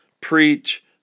Preach